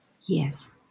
Yes